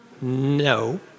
No